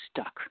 stuck